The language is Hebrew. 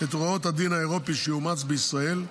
את הוראות הדין האירופי שיאומץ בישראל,